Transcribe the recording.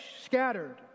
scattered